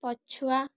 ପଛୁଆ